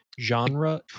Genre